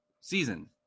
season